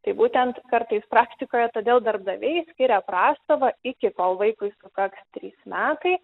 tai būtent kartais praktikoje todėl darbdaviai skiria prastovą iki kol vaikui sukaks trys metai